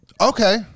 okay